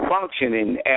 functioning